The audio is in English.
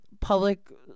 public